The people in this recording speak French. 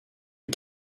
est